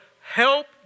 help